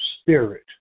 spirit